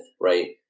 right